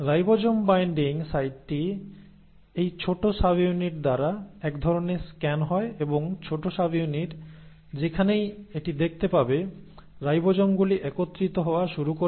ribosome binding সাইটটি এই ছোট সাবইউনিট দ্বারা একধরণের স্ক্যান হয় এবং ছোট সাবইউনিট যেখানেই এটি দেখতে পাবে রাইবোজোমগুলি একত্রিত হওয়া শুরু করবে